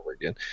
again